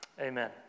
Amen